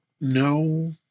No